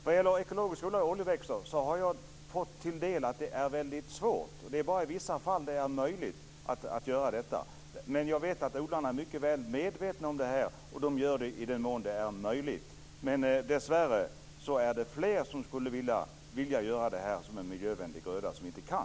Vad gäller ekologiskt odlade oljeväxter har jag fått mig till del att det är väldigt svårt. Det är bara i vissa fall det är möjligt att odla det. Men jag vet att odlarna är mycket väl medvetna om det, och de gör det i den mån det är möjligt. Dessvärre är det fler som skulle vilja göra det med denna miljövänliga gröda men som inte kan.